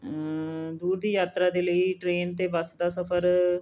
ਦੂਰ ਦੀ ਯਾਤਰਾ ਦੇ ਲਈ ਟ੍ਰੇਨ ਅਤੇ ਬੱਸ ਦਾ ਸਫਰ